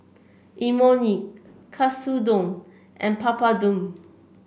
Imoni Katsudon and Papadum